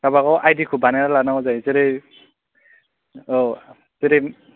माबाखौ आयदिखौ बानायनानै लानांगौ जायो जेरै औ जेरै